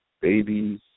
babies